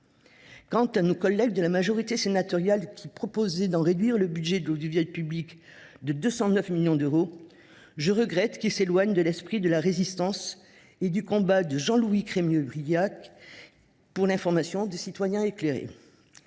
Quant à nos collègues de la majorité sénatoriale, qui proposent de réduire le budget de l’audiovisuel public de 209 millions d’euros, je regrette qu’ils s’éloignent de l’esprit de la Résistance et du combat de Jean Louis Crémieux Brilhac pour l’information de citoyens éclairés.